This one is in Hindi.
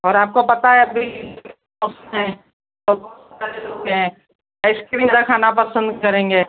और आपको पता है अभी बहुत सारे लोग हैं आइसक्रीम ज़्यादा खाना पसंद करेंगे